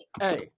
hey